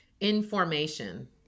Information